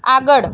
આગળ